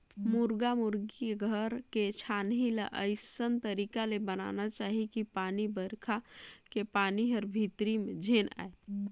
मुरगा मुरगी के घर के छानही ल अइसन तरीका ले बनाना चाही कि पानी बइरखा के पानी हर भीतरी में झेन आये